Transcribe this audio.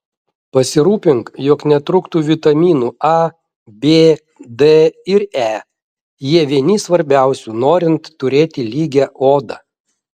pasirūpink jog netrūktų vitaminų a b d ir e jie vieni svarbiausių norint turėti lygią odą